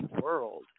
world